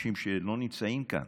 לאנשים שלא נמצאים כאן,